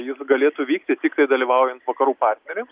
jis galėtų vykti tiktai dalyvaujant vakarų partneriams